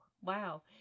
Wow